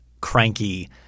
cranky